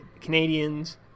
Canadians